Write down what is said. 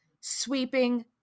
sweeping